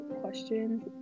questions